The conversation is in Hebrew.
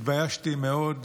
התביישתי מאוד,